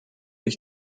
ich